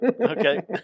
okay